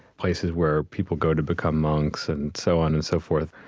places where people go to become monks and so on and so forth.